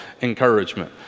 encouragement